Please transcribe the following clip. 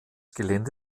gelände